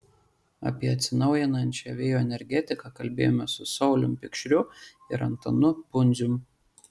apie atsinaujinančią vėjo energetiką kalbėjome su saulium pikšriu ir antanu pundzium